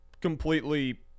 completely